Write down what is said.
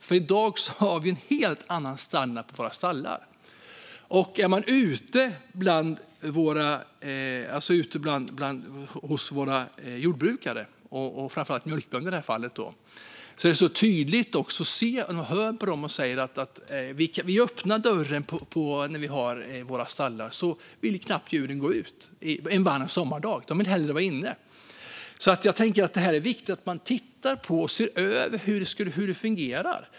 I dag finns en helt annan standard på våra stallar. Jordbrukarna, framför allt mjölkbönderna, kan berätta att de öppnar dörrarna till stallarna en varm sommardag men att det är knappt att djuren går ut. De vill hellre vara inne. Det är viktigt att se över hur det fungerar.